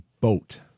boat